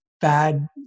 bad